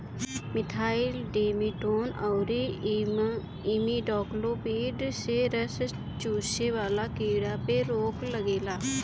methyl demeton अउरी imidacloprid से रस चुसे वाला कीड़ा पे रोक लागेला